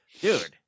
dude